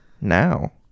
now